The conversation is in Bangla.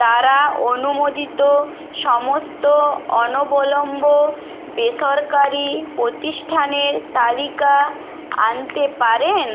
দ্বারা অনুমোদিত সমস্ত অনবলম্ব বেসরকারি প্রতিষ্ঠানের তালিকা আনতে পারেন